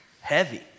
heavy